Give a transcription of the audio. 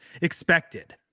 expected